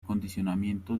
condicionamiento